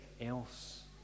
else